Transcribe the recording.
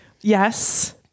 Yes